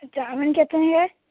ଏ chowmein କେତେ ନିଏ